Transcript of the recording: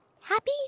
Happy